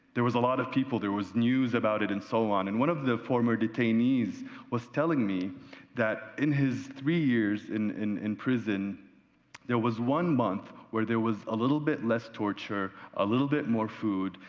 there was a lot of people, there was news about it and so on, and one of the fofermer detainees was telling me that in his three years in in prison there was one month where there was a little bit less torture, a little bit more food,